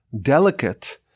delicate